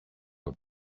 got